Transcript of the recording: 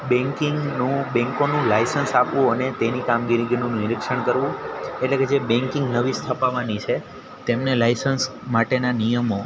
બેન્કિંગનું બેન્કોનું લાઈસન્સ આપવું અને તેની કામગીરીનું નિરીક્ષણ કરવું એટલે કે જે બેન્કિંગ નવી સ્થપાવાની છે તેમને લાઇસન્સ માટેના નીયમો